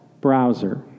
browser